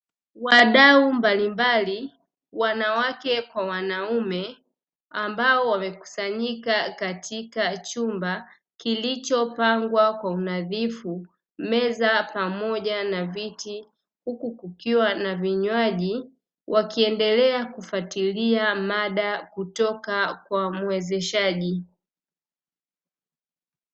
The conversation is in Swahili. Wadau mbalimbali, wanawake kwa wanaume, ambao wamekusanyika katika chumba kilichopangwa kwa unadhifu, meza pamoja na viti huku kukiwa na vinywaji, wakiendelea kufuatilia mada kutoka kwa mwezeshaji.